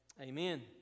Amen